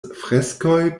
freskoj